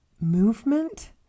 movement